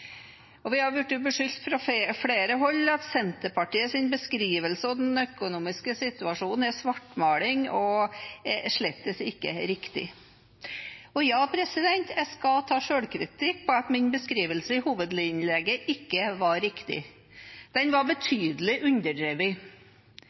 krise. Vi har blitt beskyldt fra flere hold for at Senterpartiets beskrivelse av den økonomiske situasjonen er svartmaling og slettes ikke riktig. Ja, jeg skal ta selvkritikk for at min beskrivelse i hovedinnlegget ikke var riktig. Den var